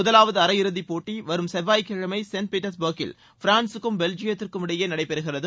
முதலாவது அரையிறதிப்போட்டி வரும் செவ்வாய்க்கிழமை செயின்ட் பீட்டர்ஸ்பர்க்கில் பிரான்ஸுக்கும் பெல்ஜியத்திற்கும் இடையே நடைபெறுகிறது